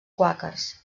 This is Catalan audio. quàquers